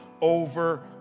over